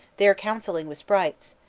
there counselling with sprites,